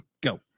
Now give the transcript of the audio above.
go